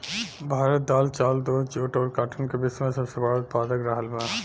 भारत दाल चावल दूध जूट और काटन का विश्व में सबसे बड़ा उतपादक रहल बा